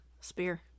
Spear